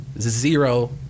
zero